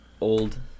old